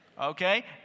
Okay